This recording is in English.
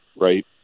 right